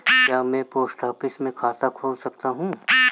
क्या मैं post office में खाता खोल सकता हूँ?